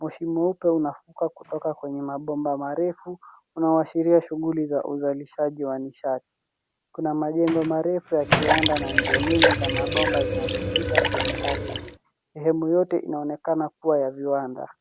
Moshi mweupe unafuka kutoka kwenye mabomba marefu unaoashiria shuguli za uzalishaji wa nishati. Kuna majengo marefu ya kiwanda na njia nyingi za mabomba zinazopita kwenye ardhi. Sehemu yote inaonekana kuwa ya viwanda.